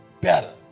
better